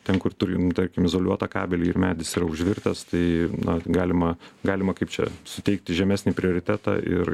ten kur turim tarkim izoliuotą kabelį ir medis yra užvirtas tai na galima galima kaip čia suteikti žemesnį prioritetą ir